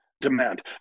demand